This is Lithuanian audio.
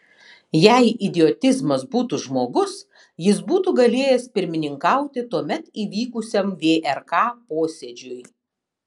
jei idiotizmas būtų žmogus jis būtų galėjęs pirmininkauti tuomet įvykusiam vrk posėdžiui